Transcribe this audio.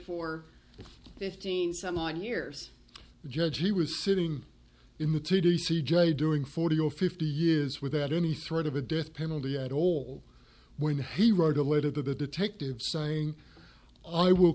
for fifteen someone years judge he was sitting in the t t c judge doing forty or fifty years without any sort of a death penalty at all when he wrote a letter to the detective saying i will